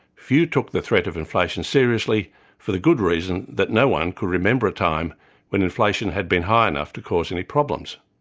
few took the threat of inflation seriously for the good reason that no-one could remember a time when inflation had been high enough to cause any problems.